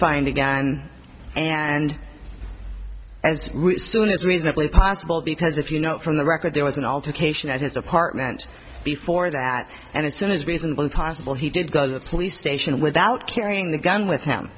find again and as soon as reasonably possible because if you note from the record there was an altercation at his apartment before that and as soon as reasonably possible he did go to the police station without carrying the gun with him